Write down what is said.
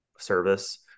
Service